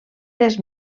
les